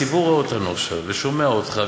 הציבור רואה אותנו עכשיו ושומע אותך,